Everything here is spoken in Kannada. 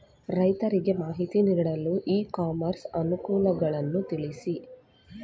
ರೈತರಿಗೆ ಮಾಹಿತಿ ನೀಡಲು ಇ ಕಾಮರ್ಸ್ ಅನುಕೂಲಗಳನ್ನು ತಿಳಿಸಿ?